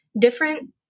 different